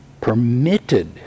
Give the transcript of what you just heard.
permitted